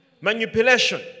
manipulation